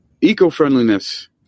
Eco-friendliness